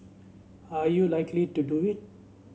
are you likely to do it